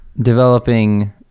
developing